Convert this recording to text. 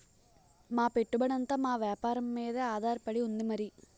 మా పెట్టుబడంతా మా వేపారం మీదే ఆధారపడి ఉంది మరి